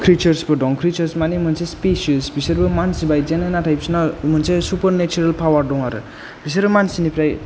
क्रिचरसफोर दं क्रिचरस माने मोनसे स्पिसिस बिसोरबो मानसि बायदियानो नाथाय बिसोरना मोनसे सुपारनेचारेल पावार दं आरो बिसोरो मानसिनिफ्राय